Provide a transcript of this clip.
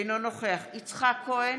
אינו נוכח יצחק כהן,